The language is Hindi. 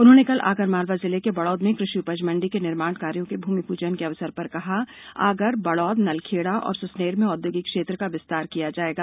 उन्होंने कल आगरमालवा जिले के बड़ौद में कृषि उपज मंडी के निर्माण कार्यो के भूमिप्जन के अवसर पर कहा है कि आगर बडौद नलखेड़ा और सुसनेर में औद्योगिक क्षेत्र का विस्तार किया जायेगा